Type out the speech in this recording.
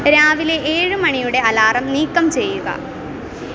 രാവിലെ ഏഴ് മണിയുടെ അലാറം നീക്കം ചെയ്യുക